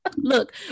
look